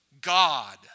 God